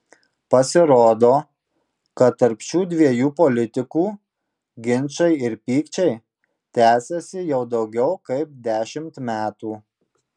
pasirodo kad tarp šių dviejų politikų ginčai ir pykčiai tęsiasi jau daugiau kaip dešimt metų